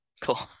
cool